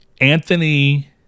Anthony